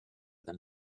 than